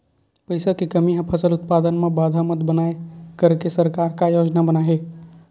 पईसा के कमी हा फसल उत्पादन मा बाधा मत बनाए करके सरकार का योजना बनाए हे?